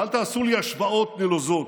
ואל תעשו לי השוואות נלוזות.